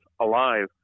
alive